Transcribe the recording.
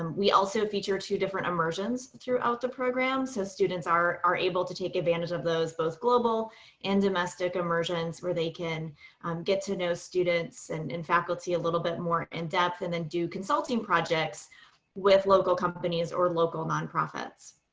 um we also feature two different immersions throughout the program. so students are are able to take advantage of those both global and domestic immersions, where they can get to know students and and faculty a little bit more in depth, and then do consulting projects with local companies or local nonprofits.